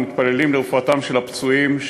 ואנו מתפללים לרפואתם של הפצועים,